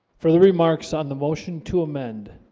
for the remarks on the motion to amend